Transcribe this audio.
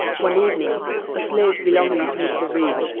one evening a slave belonging to mr. read,